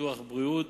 ביטוח בריאות,